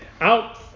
out